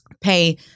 pay